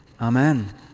Amen